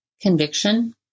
conviction